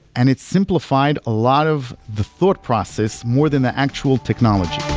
and it's simplified a lot of the thought process more than the actual technology